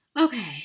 Okay